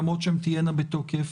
למרות שהן תהיינה בתוקף.